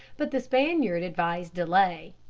but the spaniard advised delay.